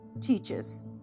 teaches